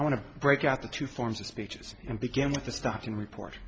i want to break out the two forms of speeches and began with the starting report